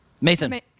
Mason